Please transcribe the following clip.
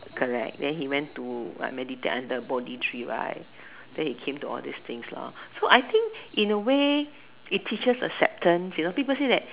correct then he meditate until body treat right then he came to all this thing lor so I think in a way it teaches acceptance you know people say that